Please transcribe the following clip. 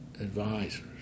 advisors